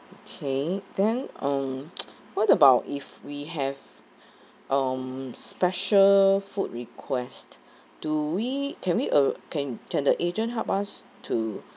okay then um what about if we have um special food requests do we can we uh can can the agent help us to